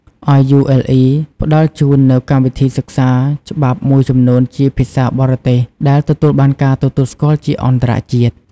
RULE ផ្តល់ជូននូវកម្មវិធីសិក្សាច្បាប់មួយចំនួនជាភាសាបរទេស ដែលទទួលបានការទទួលស្គាល់ជាអន្តរជាតិ។